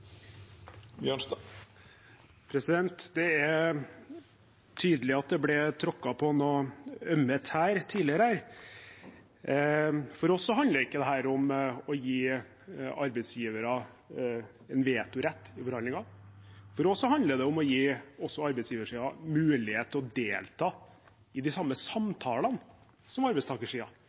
Bjørnstad har hatt ordet to gonger tidlegare og får ordet til ein kort merknad, avgrensa til 1 minutt. Det er tydelig at det ble tråkket på noen ømme tær her tidligere. For oss handler ikke dette om å gi arbeidsgivere en vetorett i forhandlinger. For oss handler det om å gi også arbeidsgiversiden mulighet til å